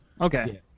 okay